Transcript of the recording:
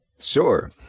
Sure